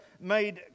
made